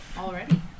already